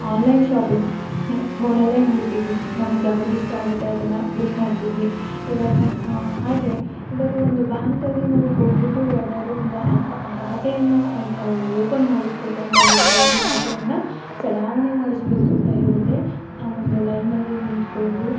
online shopping ಫೋನಲ್ಲೆ ನೋಡ್ತೀವಿ ನಮಗೆ ಯಾವ್ದು ಇಷ್ಟ ಆಗುತ್ತೆ ಅದನ್ನು ಬುಕ್ ಮಾಡ್ತೀವಿ ಈವಾಗ ಹಾಗೆಯೇ ಇವಾಗ ಒಂದು ಬ್ಯಾಂಕಲ್ಲಿ ನಾವು ಹೋಗ್ಬಿಟ್ಟು ಯಾವ್ದಾದ್ರೂ ಒಂದು ಅಕ ಆ ಖಾತೆಯನ್ನ ಓಪನ್ ಮಾಡಿಸ್ಬೇಕು ಅಂತ ಹೇಳಿದ್ರೆ ಒಂದು ಖಾತೆಯನ್ನು ಚಲಾವಣೆ ಮಾಡಿಸ್ಬೇಕು ಅಂತ ಹೇಳಿದ್ರೆ ನಾವು ಒಂದು ಲೈನಲ್ಲಿ ನಿಂತ್ಕೊಂಡು